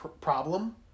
problem